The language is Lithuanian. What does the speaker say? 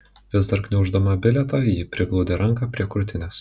vis dar gniauždama bilietą ji priglaudė ranką prie krūtinės